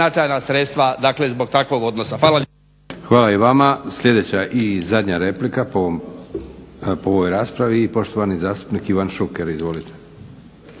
Hvala i vama. Sljedeća i zadnja replika po ovoj raspravi i poštovani zastupnik Ivan Šuker. Izvolite.